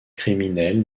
criminelles